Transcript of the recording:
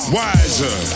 wiser